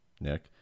Nick